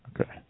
Okay